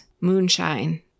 moonshine